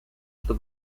что